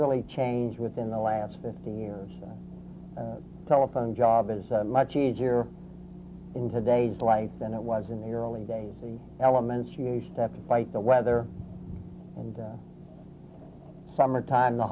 really changed within the last fifty years the telephone job is much easier in today's light than it was in the early days of the elementary a step to fight the weather and summertime the